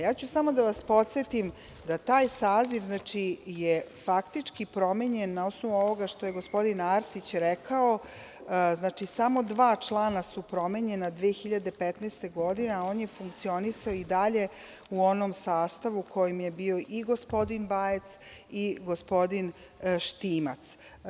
Ja ću samo da vas podsetim da taj saziv je faktički promenjen na osnovu ovoga što je gospodin Arsić rekao, znači samo dva člana su promenjena 2015. godine, a on je funkcionisao i dalje u onom sastavu u kojem je bio i gospodin Bajec i gospodin Štimac.